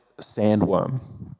sandworm